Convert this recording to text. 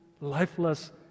lifeless